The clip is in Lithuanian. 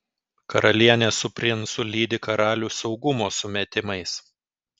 karalienė su princu lydi karalių saugumo sumetimais